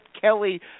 Kelly